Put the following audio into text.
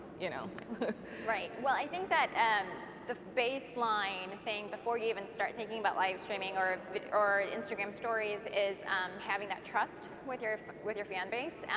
you know right well i think that the baseline thing before you even start thinking about livestreaming or or and instagram stories is having that trust with your with your fan base.